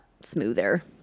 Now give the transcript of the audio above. smoother